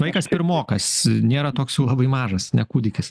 vaikas pirmokas nėra toks jau labai mažas ne kūdikis